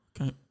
Okay